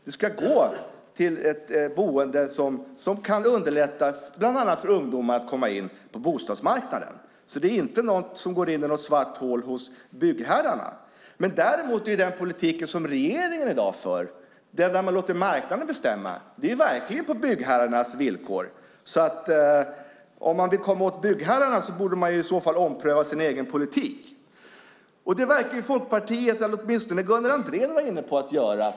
Det ska gå till ett boende som kan underlätta bland annat för ungdomar att komma in på bostadsmarknaden. Det är inte något som går in i något svart hål hos byggherrarna. Däremot förs regeringens nuvarande politik, där man låter marknaden bestämma, verkligen på byggherrarnas villkor. Om man vill komma åt byggherrarna borde man alltså ompröva sin egen politik, och det verkar Folkpartiet, eller åtminstone Gunnar Andrén, vara inne på att göra.